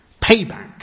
payback